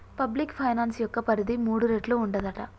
public finance యొక్క పరిధి మూడు రేట్లు ఉంటదట